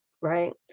right